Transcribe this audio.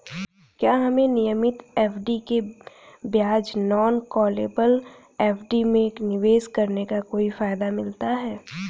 क्या हमें नियमित एफ.डी के बजाय नॉन कॉलेबल एफ.डी में निवेश करने का कोई फायदा मिलता है?